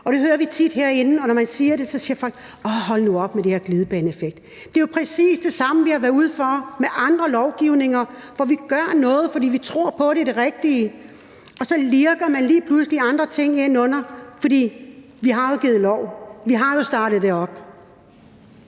det hører vi tit herinde, altså at når der er en, der siger det, så siger folk: Åh, hold nu op med det med glidebaneeffekt! Det er jo præcis det samme, som vi har været ude for i forbindelse med andre lovgivninger, hvor vi gør noget, fordi vi tror på, at det er det rigtige – og så lirker man lige pludselig andre ting ind under det, for vi har jo givet lov; vi har jo startet det op.